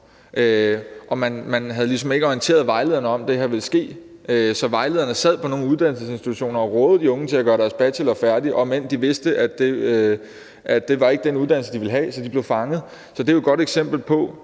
og man havde ligesom ikke orienteret vejlederne om, at det her ville ske, så vejlederne sad på nogle uddannelsesinstitutioner og rådede de unge til at gøre deres bachelor færdig, om end de vidste, at det ikke var den uddannelse, de ville have, så de blev fanget. Det er jo et godt eksempel på,